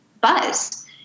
buzz